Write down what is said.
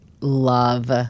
love